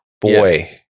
boy